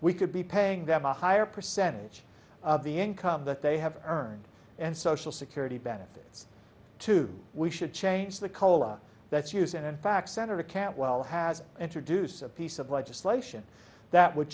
we could be paying them a higher percentage of the income that they have earned and social security benefits too we should change the cola that's used in fact senator cantwell has introduced a piece of legislation that would